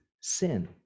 sin